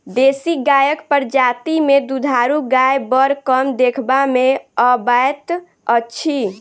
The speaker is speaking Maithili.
देशी गायक प्रजाति मे दूधारू गाय बड़ कम देखबा मे अबैत अछि